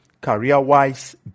career-wise